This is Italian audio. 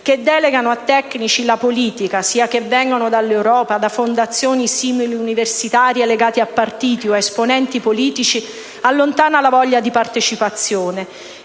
che delegano la politica a tecnici, sia che vengano dall'Europa o da fondazioni simil-universitarie legate a partiti o ad esponenti politici, allontana la voglia di partecipazione.